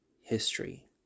history